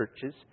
churches